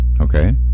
Okay